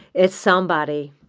it's somebody.